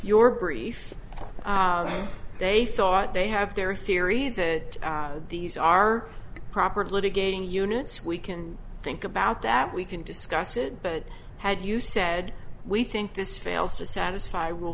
your brief they thought they have their theory that these are proper litigating units we can think about that we can discuss it but had you said we think this fails to satisfy will